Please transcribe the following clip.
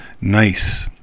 nice